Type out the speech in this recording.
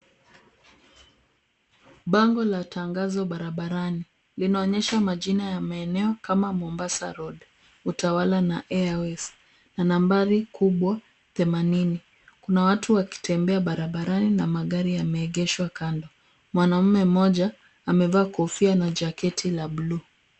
Bango la tangazo barabarani, linaonyesha majina ya maeneo kama Mombasa Road, Utawala na Airways na nambari kubwa themanini. Kuna watu wakitembea barabarani na magari yameegeshw kando, mwanaume mmoja amevaa kofia na jaketi la buluu.